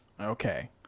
Okay